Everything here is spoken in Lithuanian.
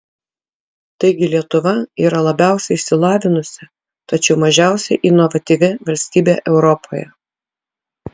taigi lietuva yra labiausiai išsilavinusi tačiau mažiausiai inovatyvi valstybė europoje